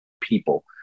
people